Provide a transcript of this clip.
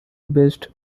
based